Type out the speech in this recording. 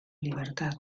libertad